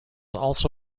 also